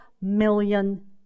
million